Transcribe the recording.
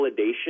validation